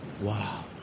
Wow